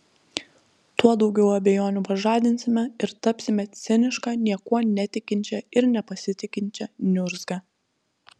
tuo daugiau abejonių pažadinsime ir tapsime ciniška niekuo netikinčia ir nepasitikinčia niurzga